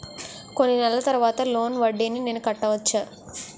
కొన్ని నెలల తర్వాత లోన్ వడ్డీని నేను కట్టవచ్చా?